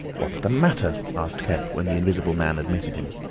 what's the matter? asked kemp, when the invisible man admitted him.